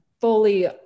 fully